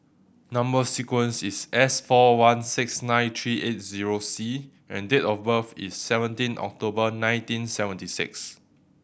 number sequence is S four one six nine three eight zero C and date of birth is seventeen October nineteen seventy six